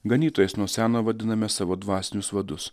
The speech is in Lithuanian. ganytojais nuo seno vadiname savo dvasinius vadus